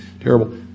Terrible